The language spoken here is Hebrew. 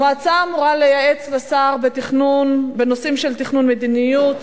המועצה אמורה לייעץ לשר בנושאים של תכנון מדיניות,